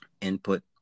input